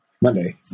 Monday